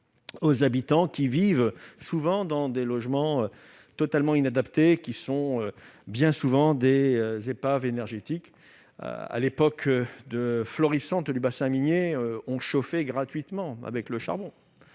ses habitants qui vivent souvent dans des logements totalement inadaptés, de véritables épaves énergétiques. À l'époque florissante du bassin minier, on chauffait gratuitement au charbon.